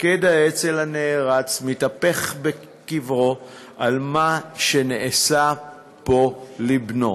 מפקד האצ"ל הנערץ מתהפך בקברו על מה שנעשה פה לבנו,